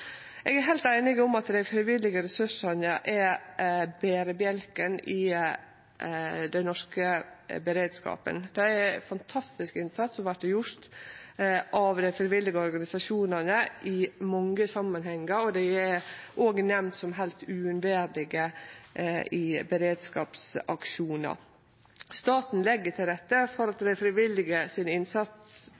Eg er heilt einig i at dei frivillige ressursane er berebjelken i den norske beredskapen. Det er ein fantastisk innsats som vert gjord av dei frivillige organisasjonane i mange samanhengar, og dei er òg nemnde som heilt uunnverlege i beredskapsaksjonar. Staten legg til rette for innsatsen frå dei frivillige